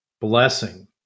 blessing